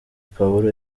pawulo